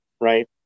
right